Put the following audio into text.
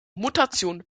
mutation